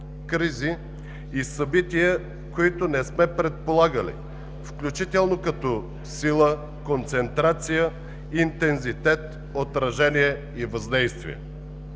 кризи и събития, които не сме предполагали, включително като сила, концентрация, интензитет, отражение и въздействие